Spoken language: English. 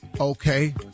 Okay